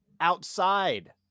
outside